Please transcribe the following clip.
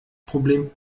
problem